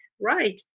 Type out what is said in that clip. right